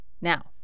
Now